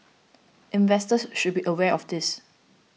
investors should be aware of this